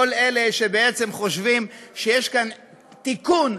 כל אלה שחושבים שיש כאן תיקון,